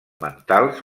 mentals